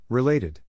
Related